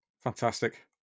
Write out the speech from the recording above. fantastic